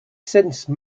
since